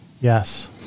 Yes